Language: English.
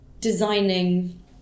designing